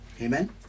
Amen